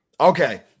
Okay